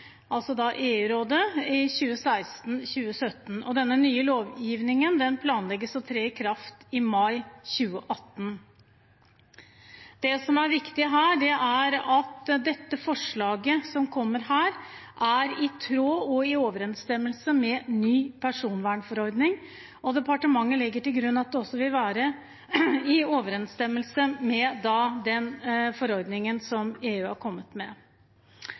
i 2016. Denne nye lovgivningen planlegges å tre i kraft i mai 2018. Det som er viktig her, er at dette forslaget som kommer her, er i tråd og i overensstemmelse med ny personvernforordning, og departementet legger til grunn at det også vil være i overensstemmelse med den forordningen som EU har kommet med.